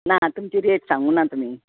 ना तुमची रेट सांगूना तुमी